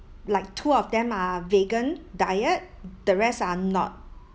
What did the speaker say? like two of them are vegan diet the rest are not